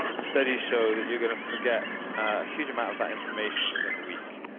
studies show that you're going to forget a huge amount of that information within a week,